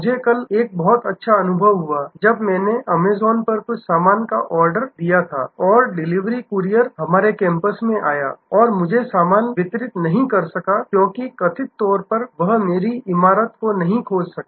मुझे कल एक बहुत अच्छा अनुभव हुआ जब मैंने एक अमेज़ॅन पर कुछ सामान का ऑर्डर दिया था और डिलीवरी कूरियर हमारे कैंपस में आया और मुझे सामान वितरित नहीं कर सका क्योंकि कथित तौर पर वह मेरी इमारत नहीं खोज सका